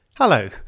Hello